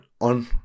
on